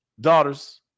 daughters